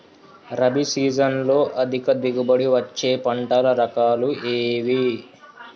రబీ సీజన్లో అధిక దిగుబడి వచ్చే పంటల రకాలు ఏవి?